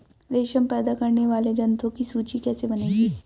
रेशम पैदा करने वाले जंतुओं की सूची कैसे बनेगी?